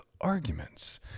arguments